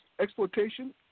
exploitation